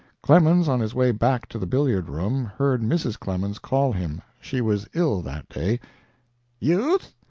clemens, on his way back to the billiard-room, heard mrs. clemens call him she was ill that day youth!